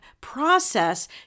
process